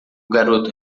garoto